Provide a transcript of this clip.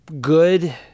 good